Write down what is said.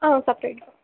సపరేట్గా